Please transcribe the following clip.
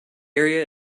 area